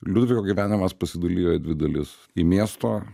liudviko gyvenimas pasidalijo į dvi dalis į miesto